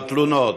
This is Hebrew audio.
בתלונות.